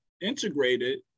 integrated